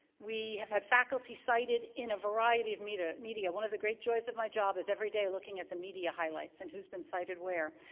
we have had faculty cited in a variety of media. one one of the great joys of my job is, every day, looking at the media highlights, and who's been cited where.